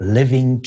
living